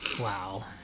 wow